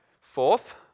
fourth